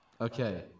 Okay